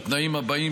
בתנאים הבאים,